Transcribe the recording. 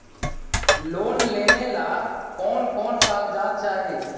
Loan लेने ला कोन कोन कागजात चाही?